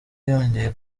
yongeye